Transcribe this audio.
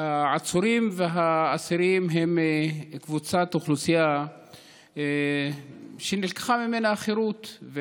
העצורים והאסירים הם קבוצת אוכלוסייה שנלקחה ממנה החירות,